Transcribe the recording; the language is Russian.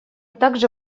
также